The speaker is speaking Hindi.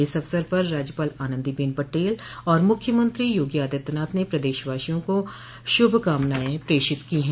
इस अवसर पर राज्यपाल आनन्दीबेन पटेल और मुख्यमंत्री योगी आदित्यनाथ ने प्रदेशवासियों को शुभ कामनाएं प्रेषित की है